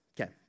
Okay